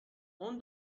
اون